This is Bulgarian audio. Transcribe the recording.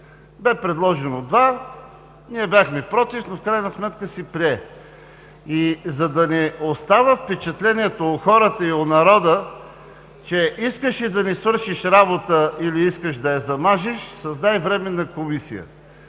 Бе предложено два, ние бяхме против, но в крайна сметка се прие, за да не остава впечатление у хората, че ако искаш да не свършиш работа или искаш да я замажеш, създай временна комисия.